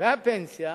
והפנסיה,